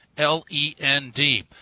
L-E-N-D